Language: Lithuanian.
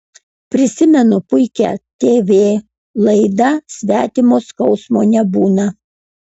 prisimenu puikią tv laidą svetimo skausmo nebūna